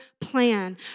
plan